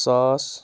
ساس